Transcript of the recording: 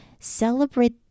celebrate